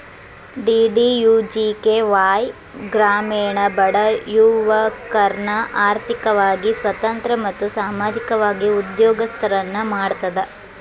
DDUGKY ಗ್ರಾಮೇಣ ಬಡ ಯುವಕರ್ನ ಆರ್ಥಿಕವಾಗಿ ಸ್ವತಂತ್ರ ಮತ್ತು ಸಾಮಾಜಿಕವಾಗಿ ಉದ್ಯೋಗಸ್ತರನ್ನ ಮಾಡ್ತದ